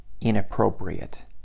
inappropriate